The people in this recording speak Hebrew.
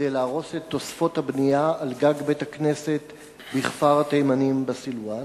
להרוס את תוספות הבנייה על גג בית-הכנסת בכפר-התימנים בסילואן?